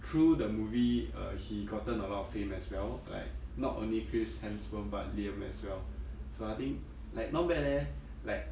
through the movie err he gotten a lot of fame as well like not only chris hemsworth but liam as well so I think like not bad leh like